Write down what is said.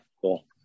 cool